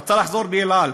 רצה לחזור ב"אל על",